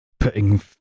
Putting